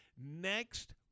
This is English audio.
next